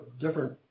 different